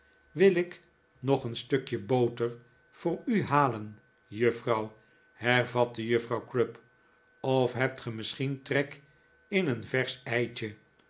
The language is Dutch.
wil ik nog een stukje boter voor u halen juffrouw hervatte juffrouw crupp of hebt ge misschien trek in een versch eitje